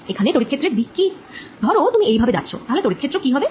এখন তড়িৎ ক্ষেত্রের দিক কি ধরো তুমি এই ভাবে যাচ্ছ তাহলে তড়িৎ ক্ষেত্র কি হবে